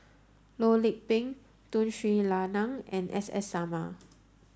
Loh Lik Peng Tun Sri Lanang and S S Sarma